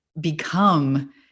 become